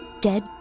dead